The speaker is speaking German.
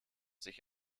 sich